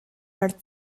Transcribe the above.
earth